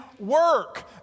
work